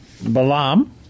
Balaam